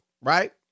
right